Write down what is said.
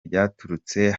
ryaturutse